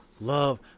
Love